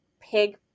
pig